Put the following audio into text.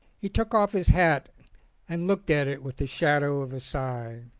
he took off his hat and looked at it with the shadow of a sigh.